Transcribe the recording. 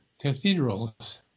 cathedrals